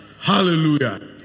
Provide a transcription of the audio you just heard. Hallelujah